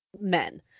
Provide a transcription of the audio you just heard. men